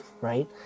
right